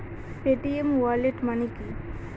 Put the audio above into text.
Paytm wallet মানে কি?